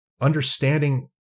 understanding